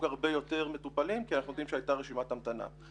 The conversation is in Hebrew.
הרבה יותר מטופלים כי אנחנו יודעים שהייתה רשימת המתנה.